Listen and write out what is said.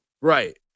Right